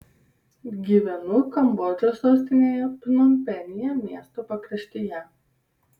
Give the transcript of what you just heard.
gyvenu kambodžos sostinėje pnompenyje miesto pakraštyje